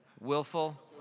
willful